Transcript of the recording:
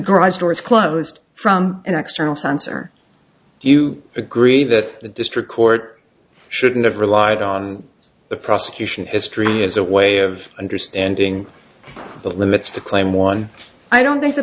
garage doors closed from an external sensor you agree that the district court shouldn't have relied on the prosecution history as a way of understanding the limits to claim one i don't think the